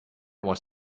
was